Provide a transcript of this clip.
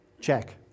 check